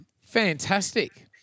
Fantastic